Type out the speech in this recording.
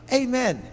amen